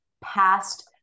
past